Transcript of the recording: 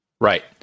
Right